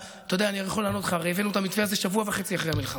אני יכול לענות לך: הרי הבאנו את המתווה הזה שבוע וחצי אחרי המלחמה,